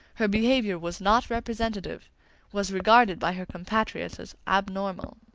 her behavior was not representative was regarded by her compatriots as abnormal.